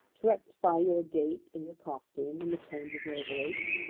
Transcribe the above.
to rectify your gait and your costume and the tones of your voice,